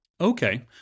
Okay